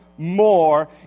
More